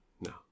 no